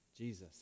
Jesus